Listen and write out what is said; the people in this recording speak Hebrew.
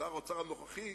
ושר האוצר הנוכחי,